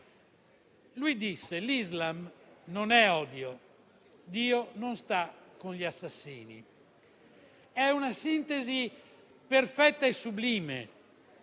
all'Islam: «L'Islam non è odio. Dio non sta con gli assassini». È una sintesi perfetta e sublime.